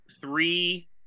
three